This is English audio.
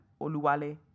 Oluwale